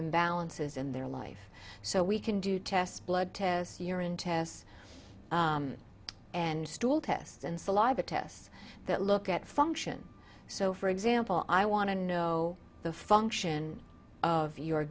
imbalances in their life so we can do tests blood tests urine tests and stool tests and saliva tests that look at function so for example i want to know the function of your